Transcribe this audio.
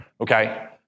okay